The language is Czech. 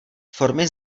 formy